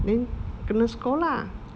then kena scold lah